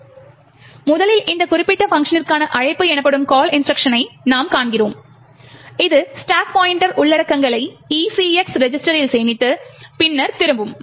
எனவே முதலில் இந்த குறிப்பிட்ட பங்க்ஷனிற்கான அழைப்பு எனப்படும் கால் இன்ஸ்ட்ருக்ஷனை நாம் காண்கிறோம் இது ஸ்டாக் பாய்ண்ட்டர் உள்ளடக்கங்களை ECX ரெஜிஸ்டரில் சேமித்து பின்னர் திரும்பும்